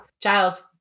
Giles